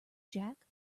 jack